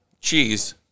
cheese